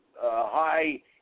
high